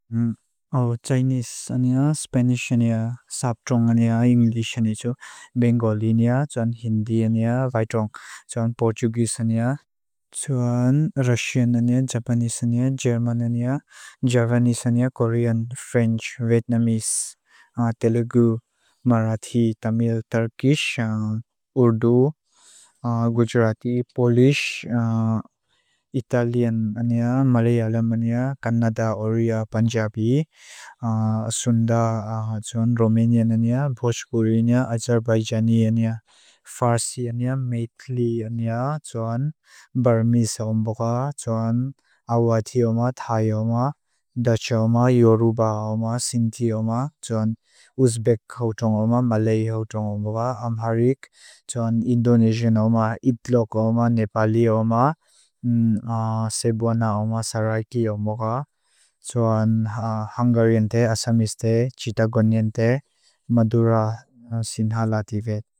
Chinese, Spanish, English, Bengali, Hindi, Portuguese, Russian, Japanese, German, Japanese, Korean, French, Vietnamese, Telugu, Marathi, Tamil, Turkish, Urdu, Gujarati, Polish, Italian, Malayalam, Kannada, Oriya, Punjabi, Malayalam, Punjabi, Sunda, Romanian, Bhojpuri, Azerbaijani, Farsi, Mithili, Burmese, Awathi, Thai, Dutch, Yoruba, Sinti, Uzbek, Malay, Amharic, Indonesian, Iplok, Nepali, Tibetan.